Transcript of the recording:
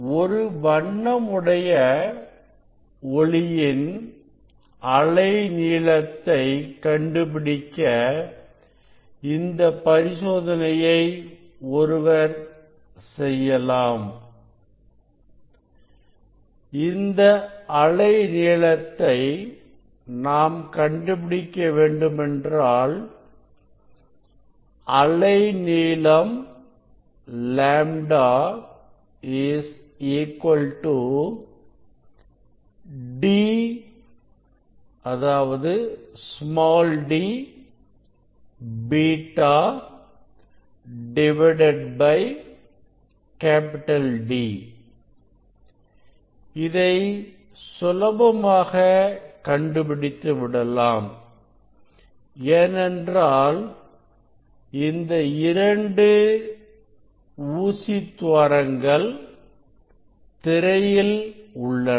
ஒரு வண்ணம் உடைய ஒளியின் அலை நீளத்தை கண்டுபிடிக்க இந்த பரிசோதனையை ஒருவர் செய்யலாம் இந்த அலை நிலையத்தை நாம் கண்டுபிடிக்க வேண்டுமென்றால் அலைநீளம் λ d β D இதை சுலபமாக கண்டுபிடித்துவிடலாம் ஏனென்றால் இந்த இரண்டு ஊசித் துவாரங்கள் திரையில் உள்ளன